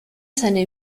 seine